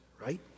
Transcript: right